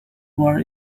war